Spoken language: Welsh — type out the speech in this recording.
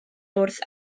wrth